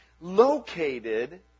Located